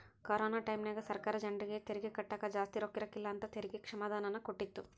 corona ಟೈಮ್ಯಾಗ ಸರ್ಕಾರ ಜರ್ನಿಗೆ ತೆರಿಗೆ ಕಟ್ಟಕ ಜಾಸ್ತಿ ರೊಕ್ಕಿರಕಿಲ್ಲ ಅಂತ ತೆರಿಗೆ ಕ್ಷಮಾದಾನನ ಕೊಟ್ಟಿತ್ತು